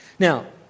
Now